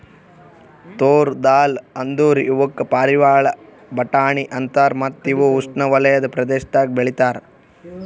ತೂರ್ ದಾಲ್ ಅಂದುರ್ ಇವುಕ್ ಪಾರಿವಾಳ ಬಟಾಣಿ ಅಂತಾರ ಮತ್ತ ಇವು ಉಷ್ಣೆವಲಯದ ಪ್ರದೇಶದಾಗ್ ಬೆ ಳಿತಾರ್